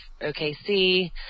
OKC